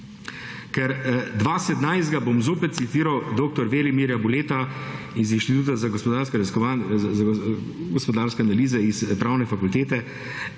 Ker 2017, bom zoper citiral dr. Velimirja Boleta iz Inštituta za gospodarske analize iz pravne fakultete,